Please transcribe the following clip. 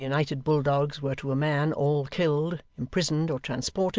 and the united bulldogs were to a man all killed, imprisoned, or transported,